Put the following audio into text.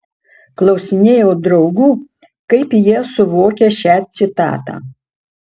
klausinėjau draugų kaip jie suvokia šią citatą